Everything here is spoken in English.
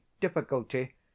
difficulty